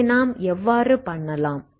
இதை நாம் எவ்வாறு பண்ணலாம்